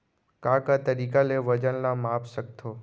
का का तरीक़ा ले वजन ला माप सकथो?